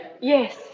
Yes